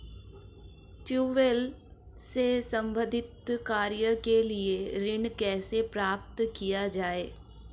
Tubewell से संबंधित कार्य के लिए ऋण कैसे प्राप्त किया जाए?